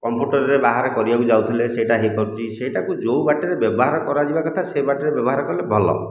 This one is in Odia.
କମ୍ପୁଟରରେ ବାହାର କରିବାକୁ ଯାଉଥିଲେ ସେଇଟା ହୋଇପାରୁଛି ସେଇଟାକୁ ଯେଉଁ ବାଟରେ ବ୍ୟବହାର କରାଯିବା କଥା ସେ ବାଟରେ ବ୍ୟବହାର କଲେ ଭଲ